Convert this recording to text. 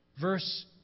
Verse